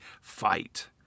fight